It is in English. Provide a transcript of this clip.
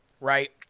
right